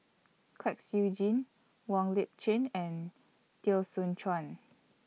Kwek Siew Jin Wong Lip Chin and Teo Soon Chuan